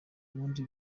bundi